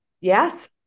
yes